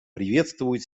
приветствует